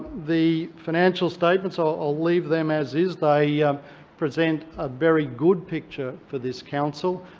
the financial statements, i'll leave them as is. they present a very good picture for this council.